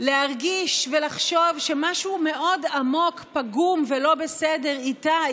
להרגיש ולחשוב שמשהו מאוד עמוק פגום ולא בסדר איתה,